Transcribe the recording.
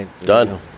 Done